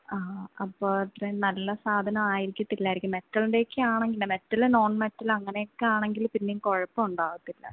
ആ അപ്പോൾ അത്രയും നല്ല സാധനം ആയിരിക്കത്തില്ലായിരിക്കും മെറ്റലിൻ്റെയൊക്കെ ആണെങ്കിൽ മെറ്റല് നോൺ മെറ്റല് അങ്ങനെയൊക്കെ ആണെങ്കിൽ പിന്നേയും കുഴപ്പം ഉണ്ടാകത്തില്ല